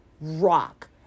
rock